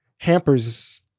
hampers